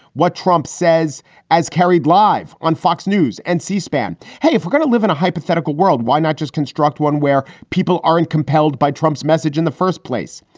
what trump says as carried live on fox news and c-span. hey, if we're gonna live in a hypothetical world, why not just construct one where people aren't compelled by trump's message in the first place?